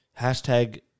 Hashtag